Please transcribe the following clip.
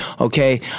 Okay